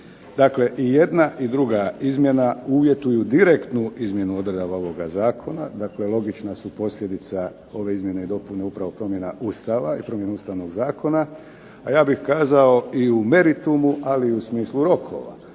Dakle, i jedna i druga izmjena uvjetuju direktnu izmjenu odredaba ovog zakona, dakle logična su posljedica ove izmjene i dopune uprava promjena Ustava i Ustavnog zakona. A ja bih kazao i u meritumu ali i u smislu rokova.